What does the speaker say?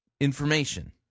information